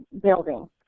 building